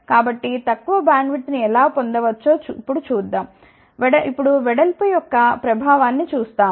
కాబట్టి తక్కువ బ్యాండ్విడ్త్ను ఎలా పొందవచ్చో చూద్దాం ఇప్పుడు వెడల్పు యొక్క ప్రభావాన్ని చూస్తాము